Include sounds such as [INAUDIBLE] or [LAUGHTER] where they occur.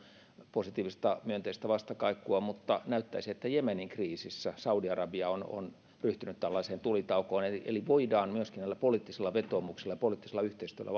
positiivista myönteistä vastakaikua mutta näyttäisi että jemenin kriisissä saudi arabia on on ryhtynyt tällaiseen tulitaukoon eli voidaan myöskin näillä poliittisilla vetoomuksilla ja poliittisella yhteistyöllä [UNINTELLIGIBLE]